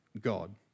God